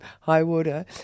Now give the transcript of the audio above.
Highwater